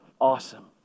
awesome